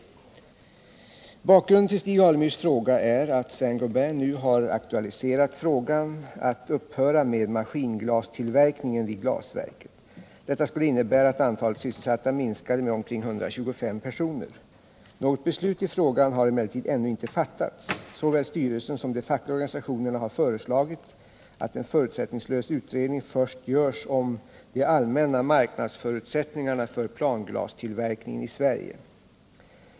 Bakgrunden till Stig Alemyrs fråga är att Saint Gobain nu har aktualiserat frågan om att upphöra med maskinglastillverkningen vid glasverket. Detta skulle innebära att antalet sysselsatta minskade med omkring 125 personer. Något beslut i frågan har emellertid ännu inte fattats. Såväl styrelsen som de fackliga organisationerna har föreslagit att en förutsättningslös utredning först görs om de allmänna marknadsförutsättningarna för planglastillverkningen i Sverige.